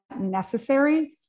necessary